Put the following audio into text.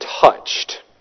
touched